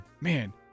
man